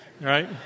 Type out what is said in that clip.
right